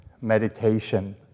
meditation